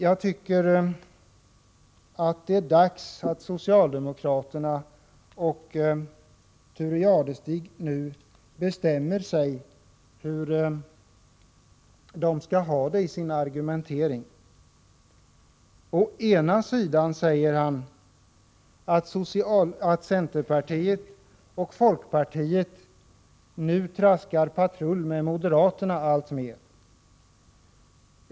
Jag tycker att det är dags att socialdemokraterna och Thure Jadestig nu bestämmer sig för hur de skall ha det i sin argumentering. Å ena sidan säger Thure Jadestig att centerpartiet och folkpartiet nu alltmer traskar patrull med moderaterna.